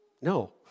No